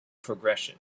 progression